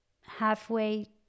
halfway